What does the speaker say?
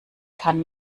kann